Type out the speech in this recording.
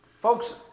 Folks